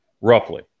roughly